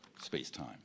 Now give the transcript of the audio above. space-time